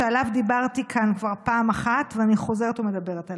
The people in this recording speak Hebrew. שעליו דיברתי כאן כבר פעם אחת ואני חוזרת ומדברת עליו.